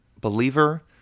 believer